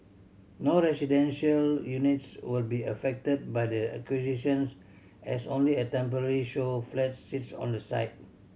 no residential units will be affected by the acquisitions as only a temporary show flats sits on the site